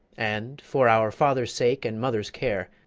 and for our father's sake and mother's care,